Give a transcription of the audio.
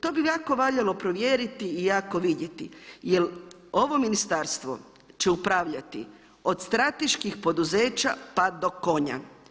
To bi jako valjalo provjeriti i jako vidjeti jel ovo ministarstvo će upravljati od strateških poduzeća pa do konja.